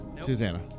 Susanna